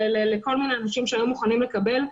לכל מיני אנשים שהיו מוכנים לקבל.